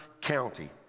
County